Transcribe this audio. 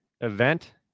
event